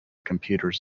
computers